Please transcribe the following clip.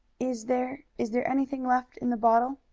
is there is there anything left in the bottle?